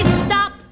stop